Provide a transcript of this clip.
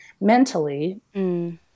mentally